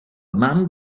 mam